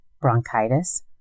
bronchitis